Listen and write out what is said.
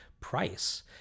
Price